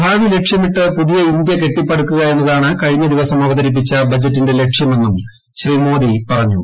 ഭാവി ലക്ഷ്യമിട്ട് പുതിയ ഇന്ത്യ കെട്ടിപ്പടുക്കുക എന്നതാണ് കഴിഞ്ഞ ദിവസം അവതരിപ്പിച്ച ബജറ്റിന്റെ ലക്ഷ്യമെന്നും ശ്രീ മോദി പറഞ്ഞു